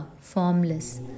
formless